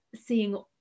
seeing